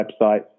websites